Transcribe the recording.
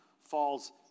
falls